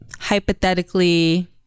Hypothetically